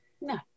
No